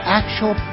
actual